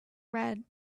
red